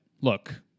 look